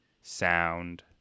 sound